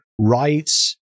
rights